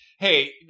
Hey